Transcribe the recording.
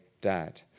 dad